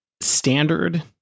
standard